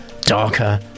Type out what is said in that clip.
darker